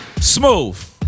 smooth